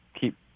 keep